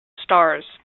stars